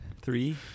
Three